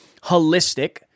Holistic